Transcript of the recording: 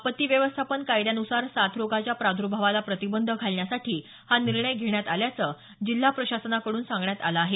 आपत्ती व्यवस्थापन कायद्यान्सार साथरोगाच्या प्रादुर्भावाला प्रतिबंध घालण्यासाठी हा निर्णय घेतला असल्याचं जिल्हा प्रशासनाकडून सांगण्यात आलं आहे